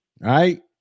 right